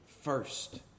first